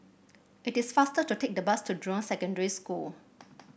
it is faster to take the bus to Jurong Secondary School